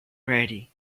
ready